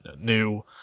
new